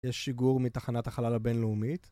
יש שיגור מתחנת החלל הבינלאומית